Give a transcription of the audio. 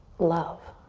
love?